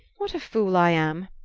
what a fool i am!